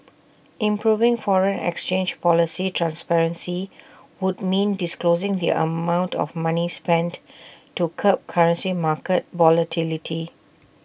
improving foreign exchange policy transparency would mean disclosing the amount of money spent to curb currency market volatility